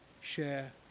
share